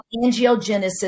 angiogenesis